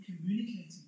communicating